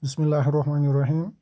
بِسمِہ اللہِ الرحمٰنِ الرحیم